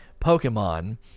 Pokemon